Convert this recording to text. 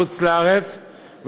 בחוץ-לארץ,